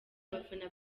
abafana